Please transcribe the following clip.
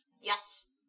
Yes